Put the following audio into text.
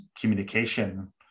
communication